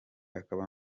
akaba